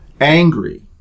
angry